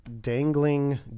Dangling